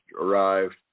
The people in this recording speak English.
arrived